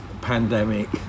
pandemic